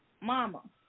Mama